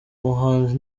muhanzi